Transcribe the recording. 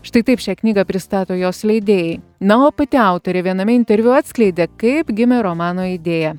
štai taip šią knygą pristato jos leidėjai na o pati autorė viename interviu atskleidė kaip gimė romano idėja